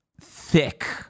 thick